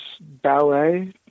ballet